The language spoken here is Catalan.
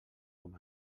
com